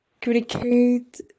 communicate